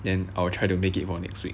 then I will try to make it for next week